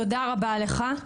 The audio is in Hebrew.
תודה רבה לך.